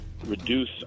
reduce